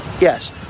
yes